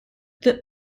that